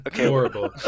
Horrible